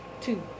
Two